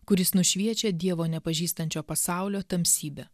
kuris nušviečia dievo nepažįstančio pasaulio tamsybę